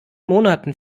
monaten